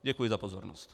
Děkuji za pozornost.